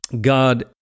God